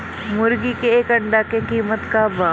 मुर्गी के एक अंडा के कीमत का बा?